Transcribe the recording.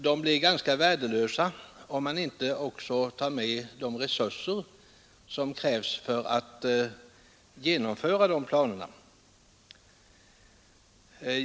De blir ganska värdelösa om man inte också tar med de resurser som krävs för att genomföra dessa planer.